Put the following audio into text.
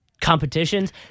competitions